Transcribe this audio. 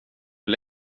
hur